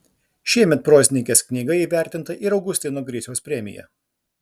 šiemet prozininkės knyga įvertinta ir augustino griciaus premija